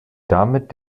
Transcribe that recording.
damit